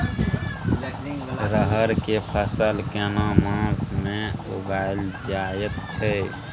रहर के फसल केना मास में उगायल जायत छै?